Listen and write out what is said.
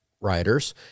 riders